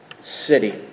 city